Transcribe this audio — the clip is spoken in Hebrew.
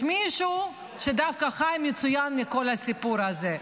יש מישהו שדווקא חי מצוין מכל הסיפור הזה.